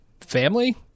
family